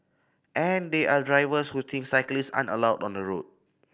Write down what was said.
and there are drivers who think cyclist aren't allowed on the road